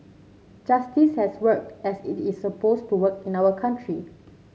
justice has worked as it is supposed to work in our country